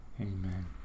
Amen